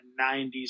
90s